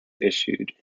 issued